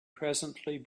presently